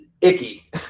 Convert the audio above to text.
icky